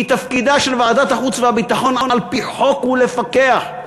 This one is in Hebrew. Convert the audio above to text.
כי תפקידה של ועדת החוץ והביטחון על-פי חוק הוא לפקח.